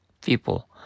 people